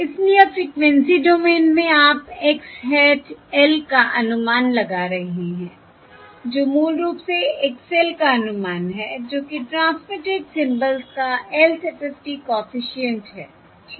इसलिए अब frequency domain में आप X hat l का अनुमान लगा रहे हैं जो मूल रूप से X l का अनुमान है जो कि ट्रांसमिटेड सिम्बल्स का lth FFT कॉफिशिएंट है ठीक है